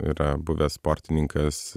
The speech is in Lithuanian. yra buvęs sportininkas